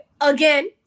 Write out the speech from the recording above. again